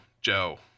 Joe